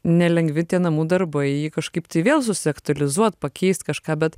nelengvi tie namų darbai kažkaip tai vėl susiaktualizuot pakeist kažką bet